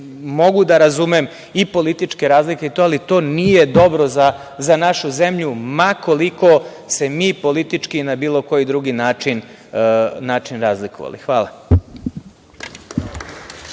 mogu da razumem i političke razlike i sve, ali, to nije dobro za našu zemlju, ma koliko se mi politički i na bilo koji drugi način razlikovali. Hvala.